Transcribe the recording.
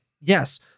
yes